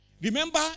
Remember